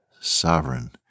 sovereign